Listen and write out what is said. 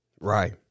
Right